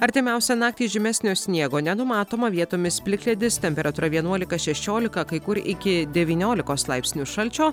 artimiausią naktį žymesnio sniego nenumatoma vietomis plikledis temperatūra vienuolika šešiolika kai kur iki devyniolikos laipsnių šalčio